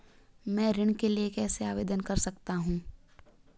मैं ऋण के लिए कैसे आवेदन कर सकता हूं?